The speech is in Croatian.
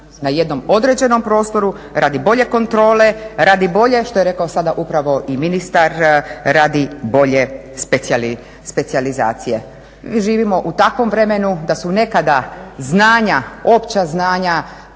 na jednom određenom prostoru radi bolje kontrole, radi bolje što je rekao sada upravo i ministar radi bolje specijalizacije. Mi živimo u takvom vremenu da su nekada znanja, opća znanja